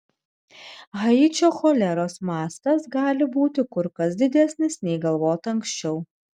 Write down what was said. haičio choleros mastas gali būti kur kas didesnis nei galvota anksčiau